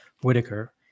Whitaker